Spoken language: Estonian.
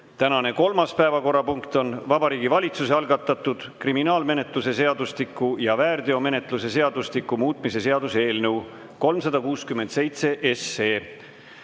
Tänane kolmas päevakorrapunkt on Vabariigi Valitsuse algatatud kriminaalmenetluse seadustiku ja väärteomenetluse seadustiku muutmise seaduse eelnõu 367